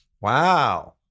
Wow